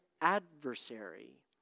adversary